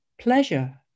pleasure